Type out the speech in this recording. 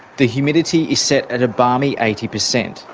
the humidity is set at a balmy eighty percent,